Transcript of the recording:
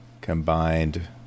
combined